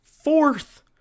fourth